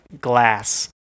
glass